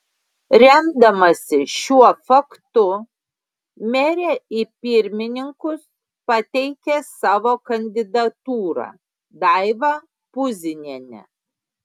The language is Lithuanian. remdamasi šiuo faktu merė į pirmininkus pateikė savo kandidatūrą daivą puzinienę